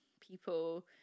people